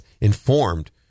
informed